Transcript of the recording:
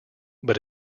but